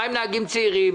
מה עם נהגים צעירים,